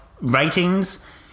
ratings